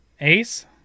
ace